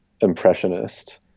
impressionist